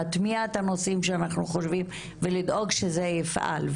להטמיע את הנושאים שאנחנו חושבים ולדאוג שזה יפעל,